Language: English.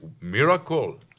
miracle